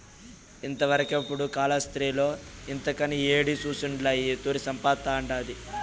ఇంతవరకెపుడూ కాలాస్త్రిలో ఇంతకని యేడి సూసుండ్ల ఈ తూరి సంపతండాది